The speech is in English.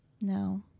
No